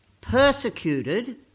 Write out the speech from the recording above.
persecuted